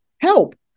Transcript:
help